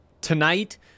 tonight